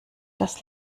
das